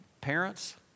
parents